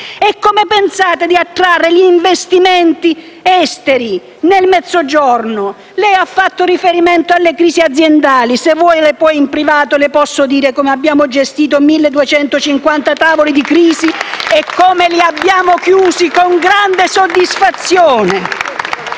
E come pensate di attrarre gli investimenti esteri nel Mezzogiorno? Lei ha fatto riferimento alle crisi aziendali: se vuole, poi in privato le posso dire come abbiamo gestito 1.250 tavoli di crisi e come li abbiamo chiusi con grande soddisfazione.